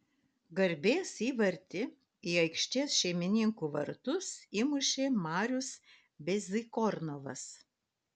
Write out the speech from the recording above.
garbės įvartį į aikštės šeimininkų vartus įmušė marius bezykornovas